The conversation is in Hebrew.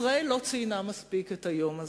ישראל לא ציינה מספיק את היום הזה.